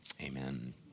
Amen